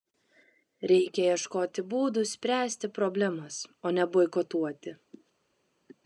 reikia ieškoti būdų spręsti problemas o ne boikotuoti